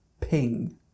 ping